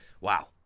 wow